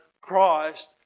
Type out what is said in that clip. Christ